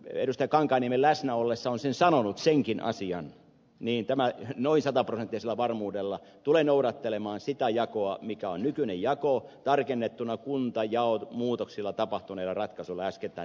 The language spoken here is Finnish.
kankaanniemen läsnä ollessa olen sen sanonut senkin asian niin tämä noin sataprosenttisella varmuudella tulee noudattelemaan sitä jakoa mikä on nykyinen jako tarkennettuna kuntajaon muutoksilla tapahtuneilla ratkaisuilla äskettäin tapahtuneilla ratkaisuilla